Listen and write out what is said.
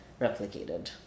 replicated